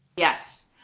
yes,